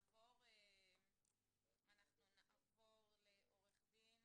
אנחנו נעבור לעורך דין